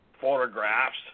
photographs